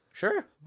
Sure